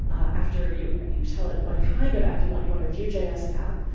after you you tell it what kind of app you want, you want a vue js app,